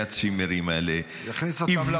הצימרים האלה -- יכניס אותם לפול.